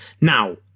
Now